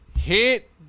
Hit